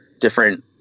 different